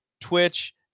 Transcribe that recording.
Twitch